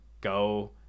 go